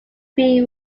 three